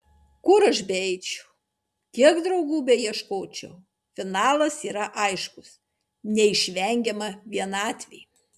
kur aš beeičiau kiek draugų beieškočiau finalas yra aiškus neišvengiama vienatvė